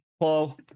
Paul